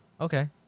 okay